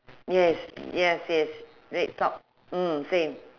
yes yes yes red socks mm same